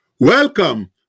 Welcome